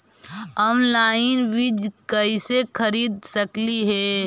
Online बीज कईसे खरीद सकली हे?